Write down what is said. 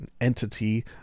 entity